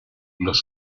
los